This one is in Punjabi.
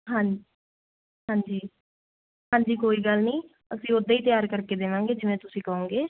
ਹਾਂਜੀ ਹਾਂਜੀ ਹਾਂਜੀ ਕੋਈ ਗੱਲ ਨੀ ਅਸੀਂ ਓਦਾਂ ਈ ਤਿਆਰ ਕਰਕੇ ਦੇਵਾਂਗੇ ਜਿਵੇਂ ਤੁਸੀਂ ਕਹੋਂਗੇ